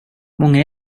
många